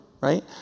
Right